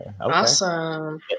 Awesome